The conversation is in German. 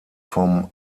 vom